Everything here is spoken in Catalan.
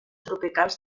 tropicals